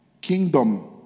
kingdom